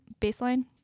baseline